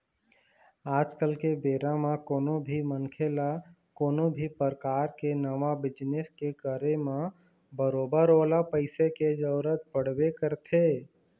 आज के बेरा म कोनो भी मनखे ल कोनो भी परकार के नवा बिजनेस के करे म बरोबर ओला पइसा के जरुरत पड़बे करथे